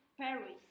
Paris